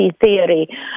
theory